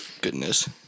Goodness